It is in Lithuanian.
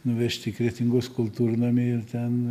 nuvežt į kretingos kultūrnamį ir ten